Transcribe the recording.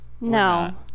No